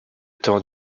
temps